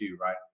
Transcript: right